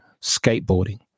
skateboarding